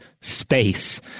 SPACE